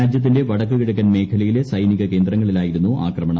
രാജ്യത്തിന്റെ വടക്കു കിഴക്കൻ മേഖലയിലെ സൈനിക കേന്ദ്രങ്ങളിലായിരുന്നു ആക്രമണം